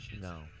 No